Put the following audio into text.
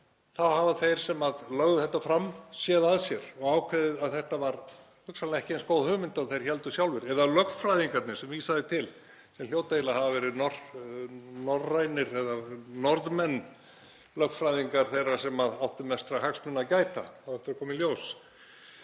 þá hafa þeir sem lögðu þetta fram séð að sér og ákveðið að þetta var hugsanlega ekki eins góð hugmynd og þeir héldu sjálfir, eða lögfræðingarnir sem vísað er til, sem hljóta eiginlega að hafa verið norrænir eða Norðmenn, lögfræðingar þeirra sem áttu mestra hagsmuna að gæta. Það á eftir að koma í ljós.